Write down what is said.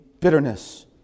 Bitterness